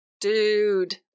Dude